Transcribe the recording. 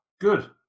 Good